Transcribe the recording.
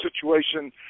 situation